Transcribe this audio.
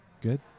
Good